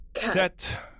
set